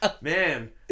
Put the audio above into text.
man